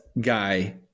guy